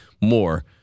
more